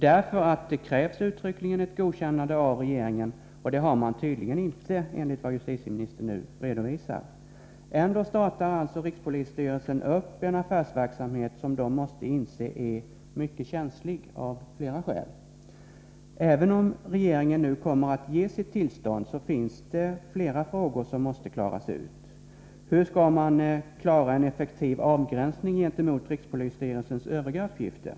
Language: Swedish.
Det krävs nämligen uttryckligen ett godkännande av regeringen, och det har regeringen tydligen inte gett, enligt vad justitieministern nu redovisar. Ändå startar rikspolisstyrelsen en affärsverksamhet som man måste inse är mycket känslig av flera skäl. Även om regeringen nu kommer att ge sitt tillstånd, finns det flera frågor som måste redas ut. Hur skall man klara en effektiv avgränsning gentemot rikspolisstyrelsens övriga uppgifter?